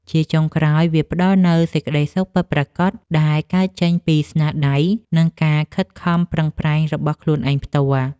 ជាចុងក្រោយ វាផ្ដល់នូវសេចក្ដីសុខពិតប្រាកដដែលកើតចេញពីស្នាដៃ និងការខិតខំប្រឹងប្រែងរបស់ខ្លួនឯងផ្ទាល់។